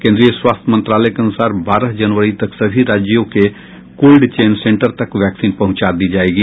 केन्द्रीय स्वास्थ्य मंत्रालय के अनुसार बारह जनवरी तक सभी राज्यों के कोल्ड चेन सेंटर तक वैक्सीन पहुंचा दी जायेगी